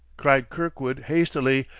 cried kirkwood hastily,